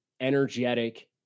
energetic